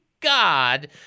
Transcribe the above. God